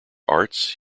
arts